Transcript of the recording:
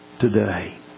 today